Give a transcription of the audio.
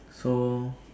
so